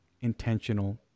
intentional